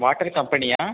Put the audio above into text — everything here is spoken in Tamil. வாட்டர் கம்பெனியா